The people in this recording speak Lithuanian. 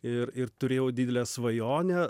ir ir turėjau didelę svajonę